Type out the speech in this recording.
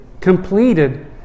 completed